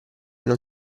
non